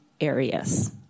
areas